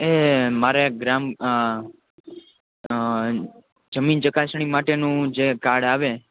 એ મારે ગ્રામ જમીન ચકાસણી માટેનું જે કાર્ડ આવે